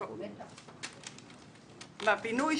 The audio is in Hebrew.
בבינוי.